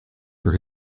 for